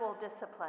discipline